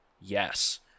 yes